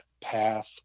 path